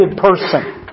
person